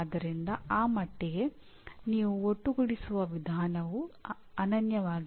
ಆದ್ದರಿಂದ ಆ ಮಟ್ಟಿಗೆ ನೀವು ಒಟ್ಟುಗೂಡಿಸುವ ವಿಧಾನವು ಅನನ್ಯವಾಗಿಲ್ಲ